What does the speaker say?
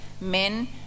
men